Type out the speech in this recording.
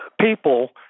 people